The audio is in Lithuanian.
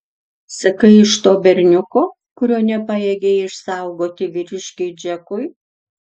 sakai iš to berniuko kurio nepajėgei išsaugoti vyriškiui džekui